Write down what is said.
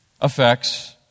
affects